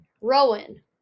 Rowan